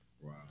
Wow